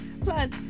plus